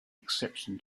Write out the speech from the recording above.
exception